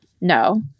No